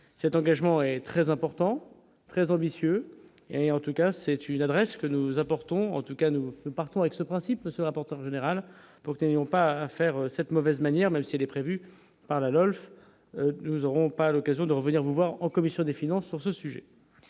cet engagement est très important, très ambitieux, et en tout cas c'est une adresse que nous apportons, en tout cas, nous partons avec ce principe se rapportant général pour t-on pas faire cette mauvaise manière, même si elle est prévue par la LOLF nous aurons pas l'occasion de revenir vous voir en commission des finances sur ce sujet,